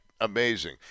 amazing